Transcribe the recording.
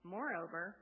Moreover